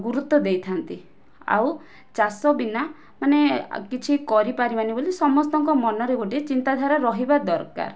ଗୁରୁତ୍ୱ ଦେଇଥାନ୍ତି ଆଉ ଚାଷ ବିନା ମାନେ କିଛି କରିପାରିବାନି ବୋଲି ସମସ୍ତଙ୍କ ମନରେ ଗୋଟେ ଚିନ୍ତାଧାରା ରହିବା ଦରକାର